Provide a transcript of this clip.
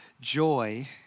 joy